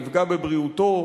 נפגע בבריאותו,